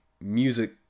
music